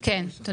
בבקשה.